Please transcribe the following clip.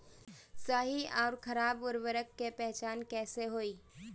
सही अउर खराब उर्बरक के पहचान कैसे होई?